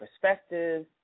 perspectives